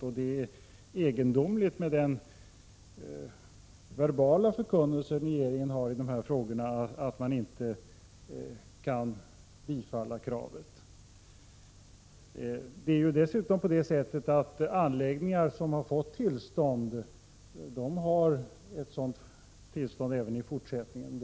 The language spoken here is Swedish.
Mot bakgrund av regeringens verbala förkunnelse i de här frågorna är det egendomligt att man inte kan tillstyrka kraven. Det är dessutom så att anläggningar som redan har fått tillstånd har det även i fortsättningen.